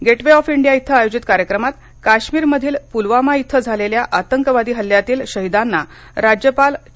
gate way of India येथे आयोजित कार्यक्रमात काश्मीर मधील पुलवामा येथे झालेल्या आतंकवादी हल्ल्यातील शहीदांना राज्यपाल चे